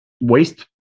waste